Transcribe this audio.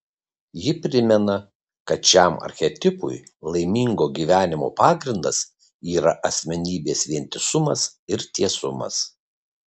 ji primena kad šiam archetipui laimingo gyvenimo pagrindas yra asmenybės vientisumas ir tiesumas